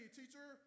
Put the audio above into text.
teacher